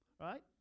right